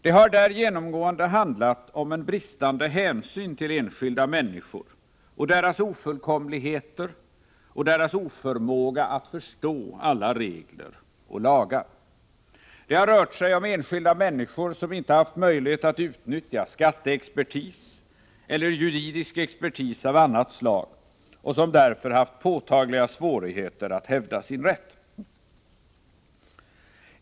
Det har genomgående handlat om brist på hänsyn till enskilda människor, deras ofullkomligheter och deras oförmåga att förstå alla regler och lagar. Det har rört sig om enskilda människor, som inte haft möjlighet att utnyttja skatteexpertis eller juridisk expertis av annat slag och som därför haft påtagliga svårigheter att hävda sin rätt.